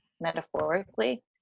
metaphorically